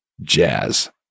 jazz